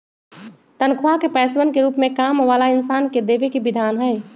तन्ख्वाह के पैसवन के रूप में काम वाला इन्सान के देवे के विधान हई